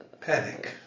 Panic